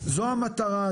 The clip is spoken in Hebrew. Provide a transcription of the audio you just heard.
זו המטרה,